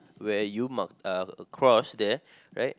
where you marked a cross there